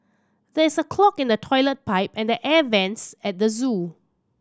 there is a clog in the toilet pipe and the air vents at the zoo